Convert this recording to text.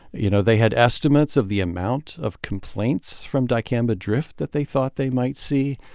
you know, they had estimates of the amount of complaints from dicamba drift that they thought they might see.